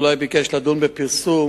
פורסם